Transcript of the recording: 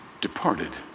departed